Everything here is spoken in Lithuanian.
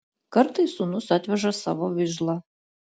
kartais sūnus atveža savo vižlą